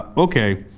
okay